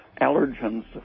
allergens